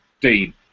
Dean